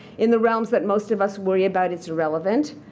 in the realms that most of us worry about, it's irrelevant.